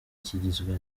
kigizwe